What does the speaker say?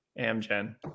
amgen